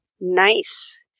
Nice